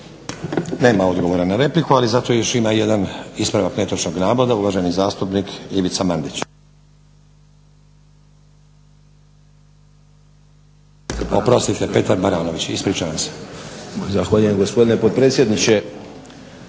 Nema odgovora na repliku, ali zato još ima jedan ispravak netočnog navoda. Uvaženi zastupnik Petar Baranović. **Baranović, Petar (HNS)** Zahvaljujem, gospodine potpredsjedniče.